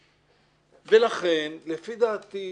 ולכן, לפי דעתי,